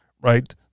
right